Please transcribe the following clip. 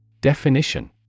Definition